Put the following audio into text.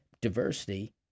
Diversity